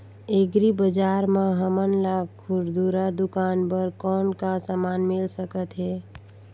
Agri बजार म हमन ला खुरदुरा दुकान बर कौन का समान मिल सकत हे?